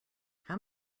how